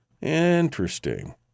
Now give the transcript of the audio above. Interesting